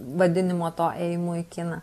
vadinimo to ėjimu į kiną